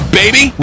baby